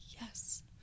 yes